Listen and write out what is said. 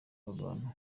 abantu